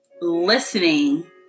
listening